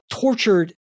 tortured